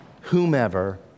whomever